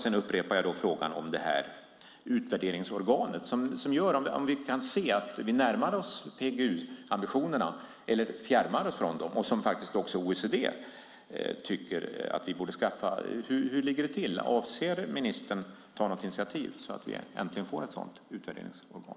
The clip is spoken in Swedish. Sedan upprepar jag frågan om utvärderingsorganet för att se om vi närmar oss PGU-ambitionerna eller om vi fjärmar oss från dem, som också OECD tycker att vi borde skaffa. Hur ligger vi till? Avser ministern att ta något initiativ till att vi äntligen får ett sådant utvärderingsorgan?